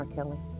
Kelly